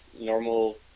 normal